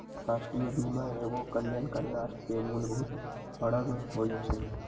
राष्ट्रीय बीमा एगो कल्याणकारी राष्ट्र के मूलभूत अङग होइ छइ